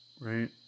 Right